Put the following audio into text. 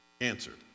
Answered